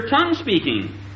tongue-speaking